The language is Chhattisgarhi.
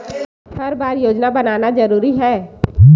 हर बार योजना बनाना जरूरी है?